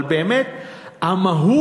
אבל באמת המהות,